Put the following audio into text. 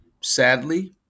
sadly